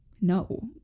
no